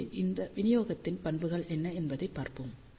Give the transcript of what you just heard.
எனவே இந்த விநியோகத்தின் பண்புகள் என்ன என்பதைப் பார்ப்போம்